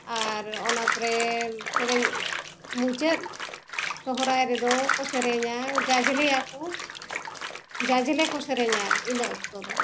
ᱟᱨ ᱚᱱᱟ ᱯᱚᱨᱮ ᱥᱮᱨᱮᱧ ᱢᱩᱪᱟᱹᱫ ᱥᱚᱦᱚᱨᱟᱭ ᱨᱮᱫᱚ ᱠᱚ ᱥᱮᱨᱮᱧᱟ ᱡᱟᱡᱞᱮᱭᱟ ᱠᱚ ᱡᱟᱡᱞᱮ ᱠᱚ ᱥᱮᱨᱮᱧᱟ ᱤᱱᱟᱹ ᱚᱠᱛᱚ ᱫᱚ